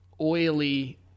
oily